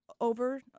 over